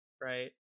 right